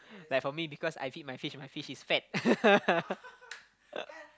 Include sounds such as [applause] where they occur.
like for me because I feed my fish my fish is fat [laughs]